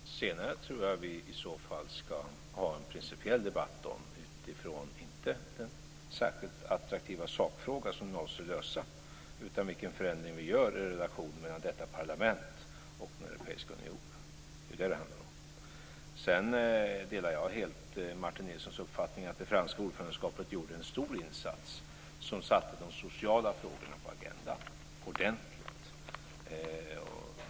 Fru talman! Det senare tror jag att vi i så fall ska ha en principiell debatt om, inte utifrån en särskilt attraktiv sakfråga som vi måste lösa, utan med tanke på vilken förändring vi bör göra i relationen mellan detta parlament och den europeiska unionen. Det är detta det handlar om. Sedan delar jag helt Martin Nilssons uppfattning att den franska ordförandegruppen gjorde en stor insats som satte de sociala frågorna på agendan ordentligt.